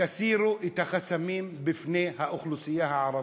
תסירו את החסמים בפני האוכלוסייה הערבית,